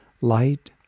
light